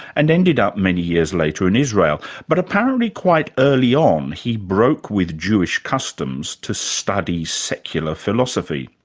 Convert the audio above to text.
and ended up many years later in israel. but apparently quite early on he broke with jewish customs to study secular philosophy.